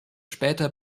später